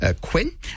Quinn